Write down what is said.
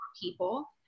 people